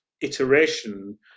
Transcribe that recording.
iteration